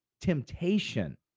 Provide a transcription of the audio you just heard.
temptation